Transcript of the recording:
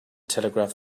telegraph